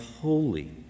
holy